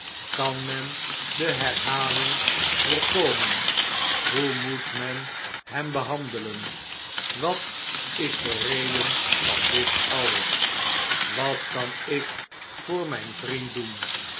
kan men de herhaling voorkomen hoe moet men hem behandelen wat is de reden van dit alles wat kan ik voor myn vriend doen